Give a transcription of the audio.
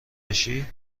بشی